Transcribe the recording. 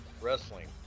wrestling